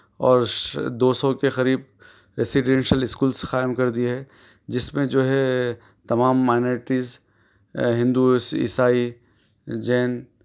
اور ش دو سو کے قریب رسیڈینشیل اسکولس قائم کر دئیے جس میں جو ہے تمام مائنرٹیز ہندوس عیسائی جین